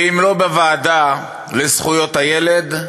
ואם לא בוועדה לזכויות הילד,